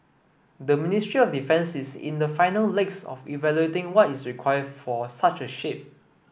the Ministry of Defence is in the final legs of evaluating what is required for such a ship